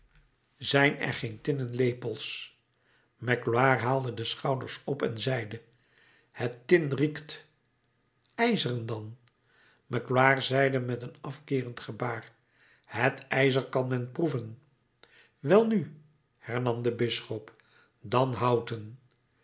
zijn er geen tinnen lepels magloire haalde de schouders op en zeide het tin riekt ijzeren dan magloire zeide met een afkeerend gebaar het ijzer kan men proeven welnu hernam de bisschop dan houten